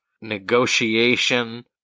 negotiation